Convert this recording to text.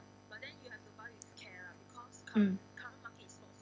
mm